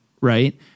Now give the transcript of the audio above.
Right